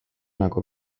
nagu